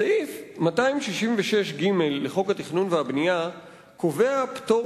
סעיף 266ג לחוק התכנון והבנייה קובע פטור